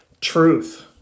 Truth